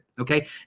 okay